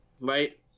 Right